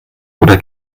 oder